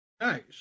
Nice